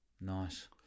Nice